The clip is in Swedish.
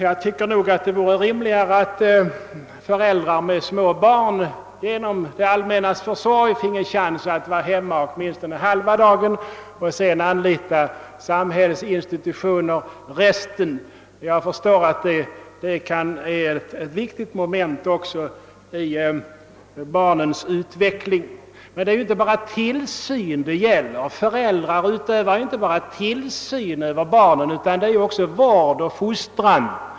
Jag tycker nog att det vore rimligare att någon av föräldrarna till små barn genom det allmännas försorg fick en chans att vara hemma åtminstone halva dagen för att sedan anlita samhällsinstitutioner under resten av dagen; jag förstår att även de senare är ett värdefullt moment i barnets utveckling. Men föräldrarna utövar ju inte bara tillsyn över barnen utan de ger dem också vård och fostran.